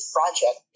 Project